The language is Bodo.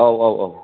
औ औ औ